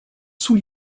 sous